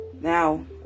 now